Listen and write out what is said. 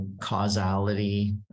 causality